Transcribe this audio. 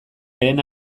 lehen